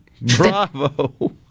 Bravo